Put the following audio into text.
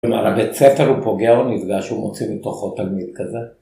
כלומר, הבית ספר הוא פוגע או נפגש, הוא מוציא מתוכו תלמיד כזה.